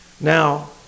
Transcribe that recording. Now